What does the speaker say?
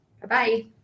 Bye-bye